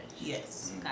yes